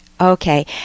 Okay